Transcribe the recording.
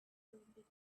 olympics